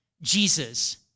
Jesus